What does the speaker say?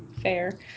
fair